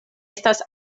estas